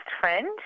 friend